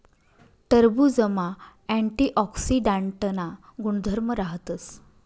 टरबुजमा अँटीऑक्सीडांटना गुणधर्म राहतस